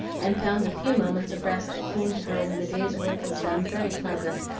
and found the few moments of rest that came to her when the day's work was done very pleasant,